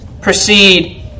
proceed